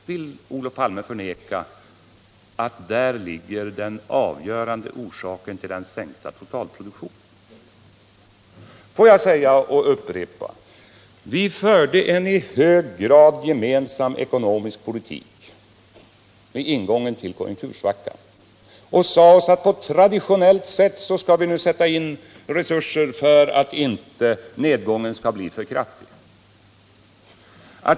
Vill Olof Palme förneka att där ligger den avgörande orsaken till den sänkta totalproduktionen? Jag upprepar: Vi förde en i hög grad gemensam politik vid ingången till konjunktursvackan och sade oss, att på traditionellt sätt skulle vi nu sätta in resurser för att nedgången inte skulle bli för kraftig.